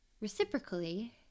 Reciprocally